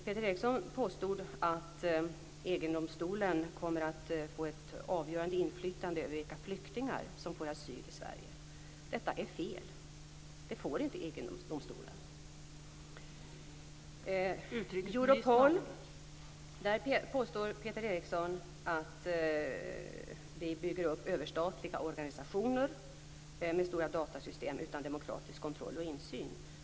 Peter Eriksson påstod att EG-domstolen kommer att få ett avgörande inflytande över vilka flyktingar som får asyl i Sverige. Detta är fel, det får inte EG-domstolen. När det gäller Europol påstår Peter Eriksson att vi bygger upp överstatliga organisationer med stora datasystem utan demokratisk kontroll och insyn.